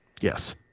Yes